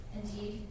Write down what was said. indeed